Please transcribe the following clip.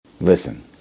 Listen